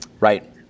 Right